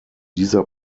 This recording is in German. dieser